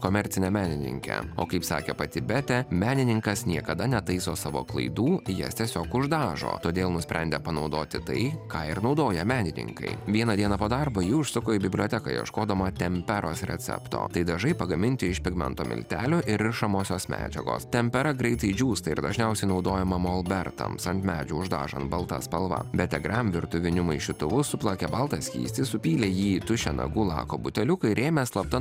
komercine menininke o kaip sakė pati betė menininkas niekada netaiso savo klaidų jas tiesiog uždažo todėl nusprendė panaudoti tai ką ir naudoja menininkai vieną dieną po darbo ji užsuko į biblioteką ieškodama temptaros recepto tai dažai pagaminti iš pigmento miltelių ir rišamosios medžiagos tempera greitai džiūsta ir dažniausiai naudojama molbertams ant medžio uždažant balta spalva betė gram virtuviniu maišytuvu suplakė baltą skystį supylė jį į tuščią nagų lako buteliukai ėmė slapta